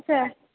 अच्छा